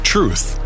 Truth